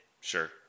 sure